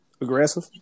Aggressive